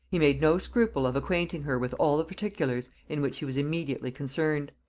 he made no scruple of acquainting her with all the particulars in which he was immediately concerned.